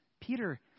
Peter